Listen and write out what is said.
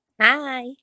Hi